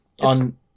on